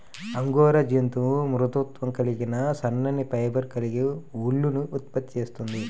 angora జంతువు మృదుత్వం కలిగిన సన్నని ఫైబర్లు కలిగిన ఊలుని ఉత్పత్తి చేస్తుంది